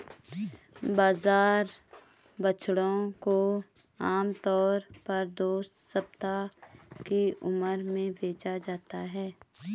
बाजार बछड़ों को आम तौर पर दो सप्ताह की उम्र में बेचा जाता है